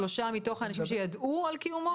43% מתוך האנשים שידעו על קיומו של החוק?